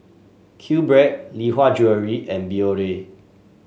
Q Bread Lee Hwa Jewellery and Biore